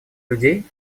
людей